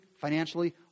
financially